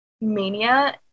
mania